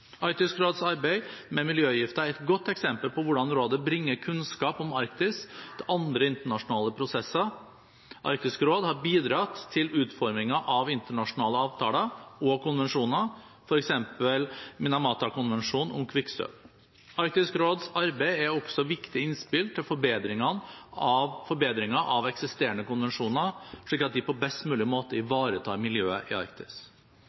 Arktisk råds arbeid med miljøgifter er et godt eksempel på hvordan rådet bringer kunnskap om Arktis til andre internasjonale prosesser. Arktisk råd har bidratt til utformingen av internasjonale avtaler og konvensjoner, f.eks. Minamata-konvensjonen om kvikksølv. Arktisk råds arbeid er også viktige innspill til forbedringen av eksisterende konvensjoner, slik at de på best mulig måte ivaretar miljøet i Arktis.